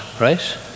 right